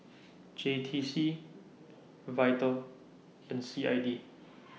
J T C Vital and C I D